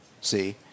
see